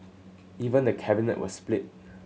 even the Cabinet was split